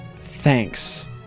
thanks